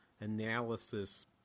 analysis